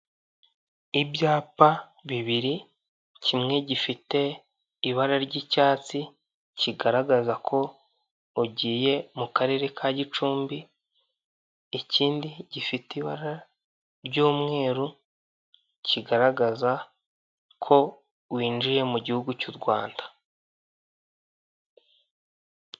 Ibyapa bibiri, kimwe gifite ibara ry'icyatsi kigaragaza ko ugiye mu karere ka Gicumbi, ikindi gifite ibara ry'umweru kigaragaza ko winjiye mu gihugu cy'u Rwanda.